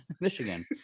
Michigan